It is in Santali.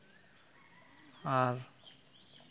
ᱟᱨ